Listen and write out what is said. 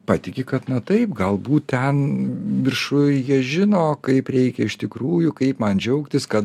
patiki kad na taip galbūt ten viršuj jie žino kaip reikia iš tikrųjų kaip man džiaugtis kad